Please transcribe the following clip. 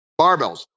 barbells